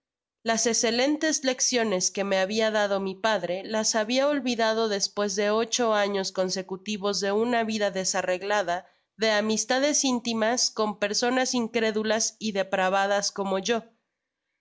las esceleníes lecciones que me habia dado mi padre las habia olvi dado despues de ocho años consecutivos de una vida desarreglada de amistades intimas con personas incrédulas y depravadas como yo